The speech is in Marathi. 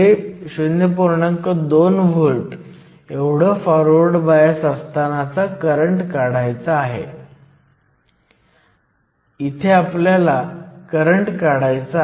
म्हणून आपल्याला डिफ्युजन गुणांक जाणून घेण्यासाठी आवश्यक असलेल्या डिफ्युजन लांबी जाणून घेण्यासाठी आपल्याला प्रथम गणना करायची आहे